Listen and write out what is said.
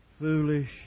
foolish